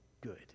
good